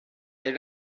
est